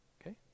Okay